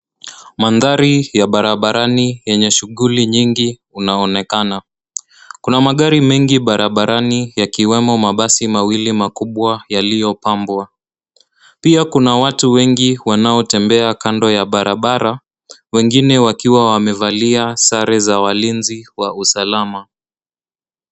Mandhari ya barabarani yenye shughuli nyingi unaonekana. Kuna magari mengi barabarani yakiwemo mabasi mawili makubwa yaliyo pambwa pia kuna watu wengi wanao tembea kando ya barabara wangine wakiwa wamevalia sare za walinzi wa usalama.